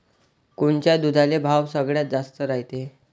कोनच्या दुधाले भाव सगळ्यात जास्त रायते?